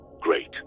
Great